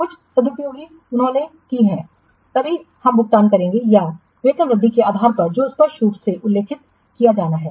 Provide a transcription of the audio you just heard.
कुछ सुपुर्दगी उन्होंने की है तभी हम भुगतान करेंगे या वेतन वृद्धि के आधार पर जो स्पष्ट रूप से उल्लिखित किया जाना है